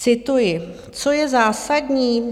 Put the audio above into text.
Cituji: Co je zásadní?